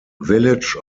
village